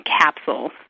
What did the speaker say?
capsules